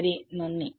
വളരെ നന്ദി